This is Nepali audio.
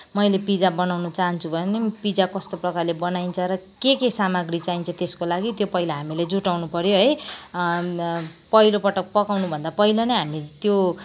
मैले पिज्जा बनाउनु चाहन्छु भन्यो भने पिज्जा कस्तो प्रकारले बनाइन्छ र के के सामग्री चाहिन्छ त्यसको लागि त्यो पहिला हामीले जुटाउनु पऱ्यो है पहिलोपटक पकाउनुभन्दा पहिला नै हामीले त्यो